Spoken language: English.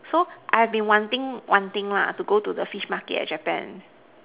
so I have been wanting wanting lah to go to the fish Market in Japan